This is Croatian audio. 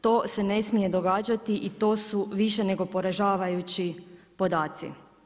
To se ne smije događati i to su više nego poražavajući zadaci.